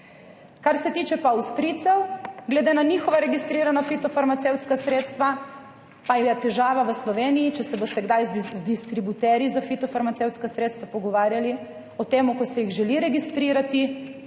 Kar se tiče pa Avstrijcev glede na njihova registrirana fitofarmacevtska sredstva, pa je težava v Sloveniji, če se boste kdaj z distributerji za fitofarmacevtska sredstva pogovarjali o tem, ko se jih želi registrirati,